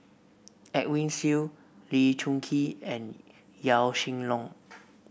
Edwin Siew Lee Choon Kee and Yaw Shin Leong